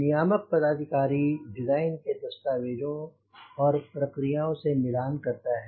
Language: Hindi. नियामक पदाधिकारी डिजाइन के दस्तावेज़ों और प्रक्रियाओं का मिलान करता है